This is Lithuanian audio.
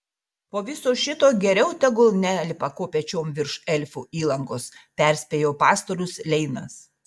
po viso šito geriau tegul nelipa kopėčiom virš elfų įlankos perspėjo pastorius leinas